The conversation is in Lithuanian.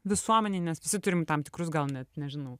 visuomenėj nes visi turim tam tikrus gal net nežinau